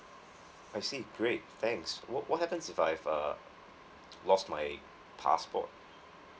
I see great thanks what what happens if I uh lost my passport